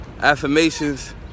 affirmations